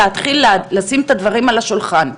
להתחיל לשים את הדברים על השולחן.